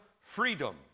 freedom